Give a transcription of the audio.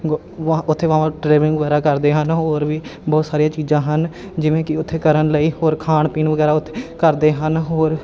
travelling ਵਗੈਰਾ ਕਰਦੇ ਹਨ ਹੋਰ ਵੀ ਬਹੁਤ ਸਾਰੀਆਂ ਚੀਜ਼ਾਂ ਹਨ ਜਿਵੇਂ ਕਿ ਉੱਥੇ ਕਰਨ ਲਈ ਹੋਰ ਖਾਣ ਪੀਣ ਵਗੈਰਾ ਉੱਥੇ ਕਰਦੇ ਹਨ ਹੋਰ